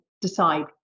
decide